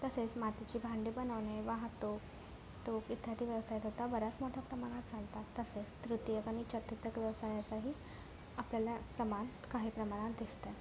तसेच मातीची भांडे पण वाहतूक तो इत्यादी व्यवसाय बऱ्याच मोठ्या प्रमाणात चालतात तसेच तृतीयक आणि चतुर्थक व्ययसायाचाही आपल्याला प्रमाण तर काही प्रमाणात दिसतात